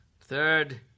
Third